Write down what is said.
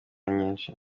nyinshi